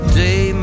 day